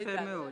יפה מאוד.